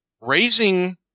raising